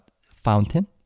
fountain